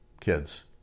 kids